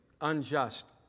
unjust